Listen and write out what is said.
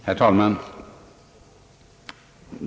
Herr talman!